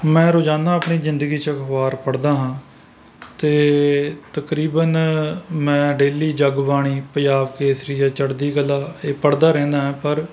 ਮੈਂ ਰੋਜ਼ਾਨਾ ਆਪਣੀ ਜ਼ਿੰਦਗੀ 'ਚ ਅਖਬਾਰ ਪੜ੍ਹਦਾ ਹਾਂ ਅਤੇ ਤਕਰੀਬਨ ਮੈਂ ਡੇਲੀ ਜਗ ਬਾਣੀ ਪੰਜਾਬ ਕੇਸਰੀ ਜਾਂ ਚੜ੍ਹਦੀ ਕਲਾ ਇਹ ਪੜ੍ਹਦਾ ਰਹਿੰਦਾ ਹਾਂ ਪਰ